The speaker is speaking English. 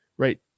Right